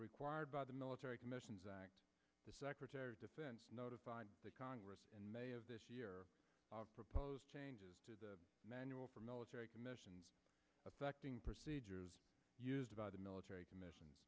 required by the military commissions act the secretary of defense notified the congress in may of this year proposed changes to the manual for military commissions affecting procedures used by the military commissions